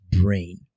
brain